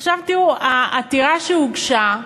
עכשיו, תראו, העתירה שהוגשה,